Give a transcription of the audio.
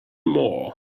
more